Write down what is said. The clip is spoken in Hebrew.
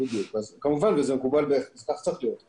כמובן זה מקובל וכך צריך להיות.